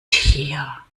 tier